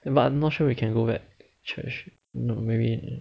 but I'm not sure we can go back church no maybe